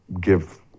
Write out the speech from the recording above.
give